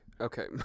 Okay